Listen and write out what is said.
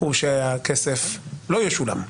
הוא שהכסף לא ישולם.